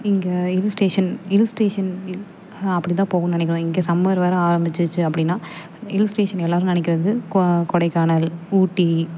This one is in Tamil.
இங்கே hill station hill station hill அப்படிதான் போகணுன்னு நினக்கிறோம் இங்கே சம்மர் வேறே ஆரம்பிச்சிச்சி அப்படின்னா ஹில் ஸ்டேஷன் எல்லோரும் நினக்கிறது கொ கொடைக்கானல் ஊட்டி